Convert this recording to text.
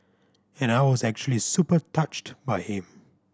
and I was actually super touched by him